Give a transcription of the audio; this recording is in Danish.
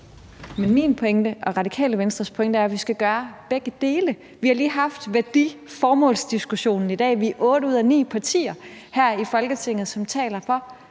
Men min og Radikale Venstres pointe er, at vi skal gøre begge dele. Vi har lige haft værdiformålsdiskussionen i dag. Vi er otte ud af ni partier her i Folketinget, som taler for,